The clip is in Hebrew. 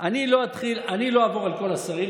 אני לא אעבור על כל השרים.